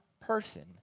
person